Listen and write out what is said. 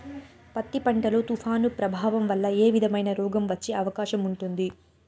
పత్తి పంట లో, తుఫాను ప్రభావం వల్ల ఏ విధమైన రోగం వచ్చే అవకాశం ఉంటుంది?